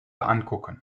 angucken